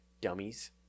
dummies